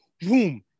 boom